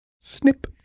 snip